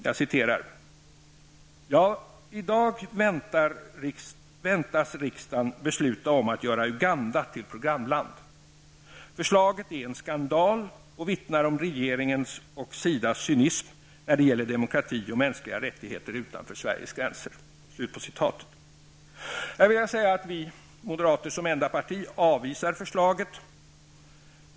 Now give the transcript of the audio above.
Jag citerar: ''I dag väntas riksdagen besluta om att göra Uganda till programland --. Förslaget är en skandal och vittnar om regeringens och SIDAs cynism när det gäller demokrati och mänskliga rättigheter utanför Sveriges gränser.'' Här vill jag säga att vi moderater som enda parti avvisar förslaget.